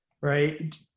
right